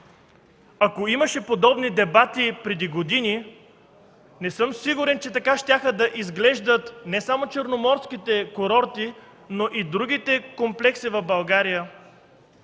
Ако имаше подобни дебати преди години, не съм сигурен, че така щяха да изглеждат не само Черноморските курорти, но и другите комплекси в България.